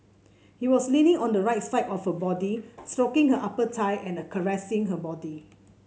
he was leaning on the right side of her body stroking her upper thigh and caressing her body